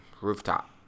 rooftop